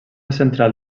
central